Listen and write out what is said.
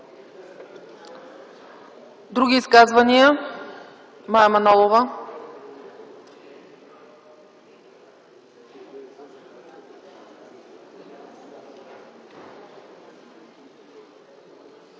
Други изказвания? Мая Манолова.